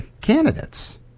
candidates